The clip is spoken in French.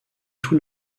tout